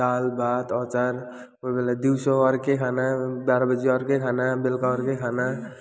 दाल भात अचार कोही बेला दिउँसो अर्कै खाना बाह्र बजी अर्कै खाना बेलुका अर्कै खाना